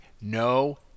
No